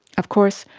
of course,